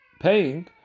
paying